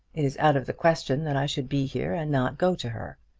it is out of the question that i should be here, and not go to her.